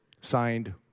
Signed